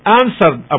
answered